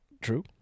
true